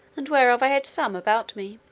and whereof i had some about me.